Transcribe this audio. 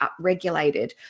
upregulated